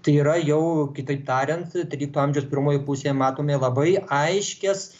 tai yra jau kitaip tariant trylikto amžiaus pirmoj pusėj matome labai aiškias